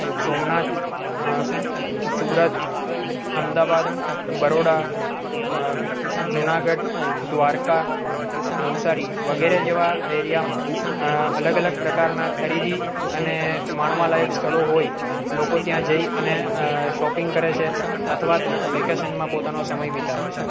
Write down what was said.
સોમનાથ સુરત અમદાવાદ બરોડા જુનાગઢ દ્વારકા નવસારી વગેરે જેવા એરિયામાં અલગ અલગ પ્રકારના ખરીદી અને માણવા લાયક સ્થળો હોય લોકો ત્યાં જઈ અને શોપિંગ કરે છે અથવા તો વેકેશનમાં પોતાનો સમય વિતાવે છે